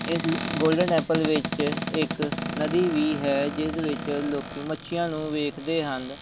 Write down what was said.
golden temple ਵਿੱਚ ਇੱਕ ਨਦੀ ਵੀ ਹੈ ਜਿਸ ਵਿੱਚ ਲੋਕ ਮੱਛੀਆਂ ਨੂੰ ਵੇਖਦੇ ਹਨ